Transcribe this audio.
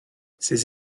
ses